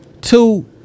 two